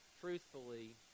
truthfully